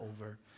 over